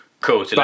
cool